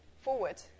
forward